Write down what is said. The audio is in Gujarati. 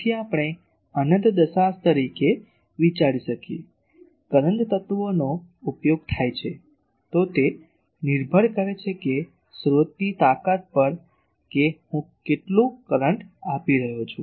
તેથી આપણે અનંત દશાંશ તરીકે વિચારી શકીએ છીએ કરંટ તત્વોનો ઉપયોગ થાય છે તો તે નિર્ભર કરે છે કે સ્રોતની તાકાત પર કે હું કેટલું કરંટ આપી રહ્યો છું